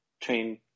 train